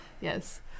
Yes